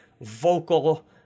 vocal